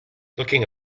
looking